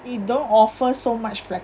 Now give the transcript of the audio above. it don't offer so much plan